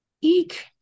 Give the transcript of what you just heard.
Eek